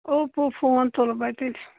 Oppo phone تُلہٕ بہٕ تیٚلہِ